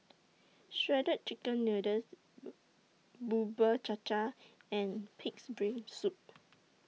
Shredded Chicken Noodles Bubur Cha Cha and Pig'S Brain Soup